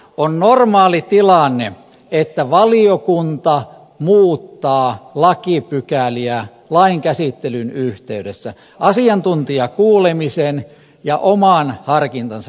on normaali tilanne että valiokunta muuttaa lakipykäliä lain käsittelyn yhteydessä asiantuntijakuulemisen ja oman harkintansa pohjalta